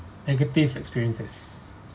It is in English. negative experiences